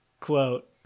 quote